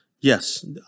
Yes